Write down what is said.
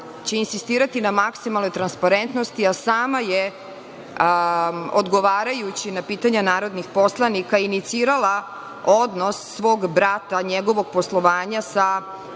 će insistirati na maksimalnoj transparentnosti, a sama je odgovarajući na pitanja narodnih poslanika inicirala odnos svog brata, njegovog poslovanja sa